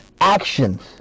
actions